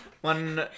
One